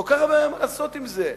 יש כל כך הרבה מה לעשות עם זה.